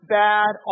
bad